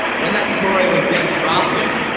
when that tutorial was being crafted,